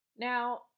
Now